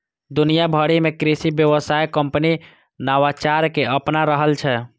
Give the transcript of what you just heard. दुनिया भरि मे कृषि व्यवसाय कंपनी नवाचार कें अपना रहल छै